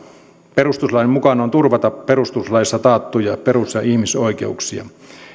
perustuslain mukaan on turvata perustuslaissa taattuja perus ja ihmisoikeuksia